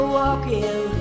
walking